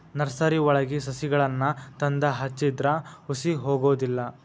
ನರ್ಸರಿವಳಗಿ ಸಸಿಗಳನ್ನಾ ತಂದ ಹಚ್ಚಿದ್ರ ಹುಸಿ ಹೊಗುದಿಲ್ಲಾ